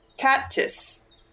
Cactus